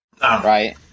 Right